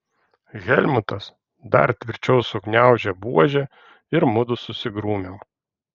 helmutas dar tvirčiau sugniaužė buožę ir mudu susigrūmėm